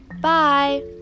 Bye